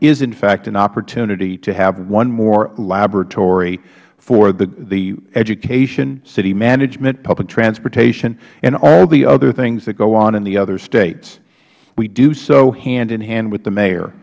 is in fact an opportunity to have one more laboratory for the education city management public transportation and all the other things that go on in the other states we do so hand in hand with the mayor